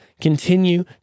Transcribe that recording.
continue